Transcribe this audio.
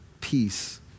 peace